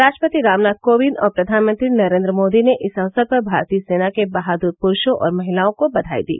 राष्ट्रपति रामनाथ कोविंद और प्रधानमंत्री नरेन्द्र मोदी ने इस अवसर पर भारतीय सेना के बहादुर पुरुषों और महिलाओं को बधाई दी